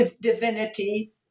divinity